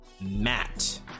matt